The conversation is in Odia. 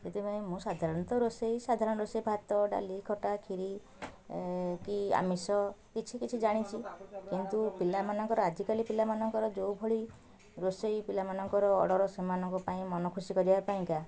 ସେଥିପାଇଁ ମୁଁ ସାଧାରଣତଃ ରୋଷେଇ ସାଧାରଣ ରୋଷେଇ ଭାତ ଡାଲି ଖଟା ଖିରି କି ଆମିଷ କିଛି କିଛି ଜାଣିଛି କିନ୍ତୁ ପିଲାମାନଙ୍କର ଆଜିକାଲି ପିଲା ମାନଙ୍କର ଯେଉଁଭଳି ରୋଷେଇ ପିଲାମାନଙ୍କର ଅର୍ଡ଼ର ସେମାନଙ୍କ ପାଇଁ ମନ ଖୁସି କରିବାପାଇଁକା